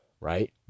right